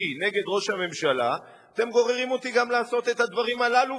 נגד ראש הממשלה אתם גוררים אותי גם לעשות את הדברים הללו,